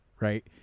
right